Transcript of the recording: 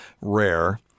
rare